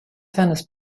tennis